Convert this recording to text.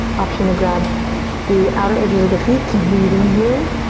option to grab the outer edges of the feet, keep breathing here.